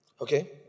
Okay